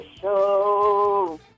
show